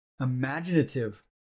imaginative